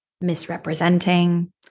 misrepresenting